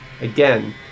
again